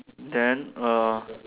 then err